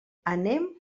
anem